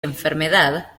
enfermedad